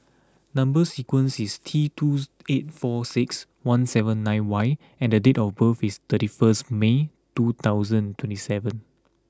number sequence is T twos eight four six one seven nine Y and the date of birth is thirty first May two thousand twenty seven